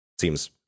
seems